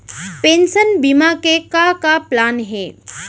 Pension बीमा के का का प्लान हे?